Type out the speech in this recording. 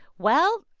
well,